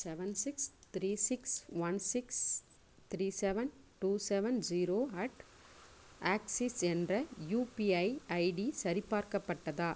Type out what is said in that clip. seven six three six one six three seven two seven zero at Axis என்ற UPI ID சரிபார்க்கப்பட்டதா